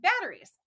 batteries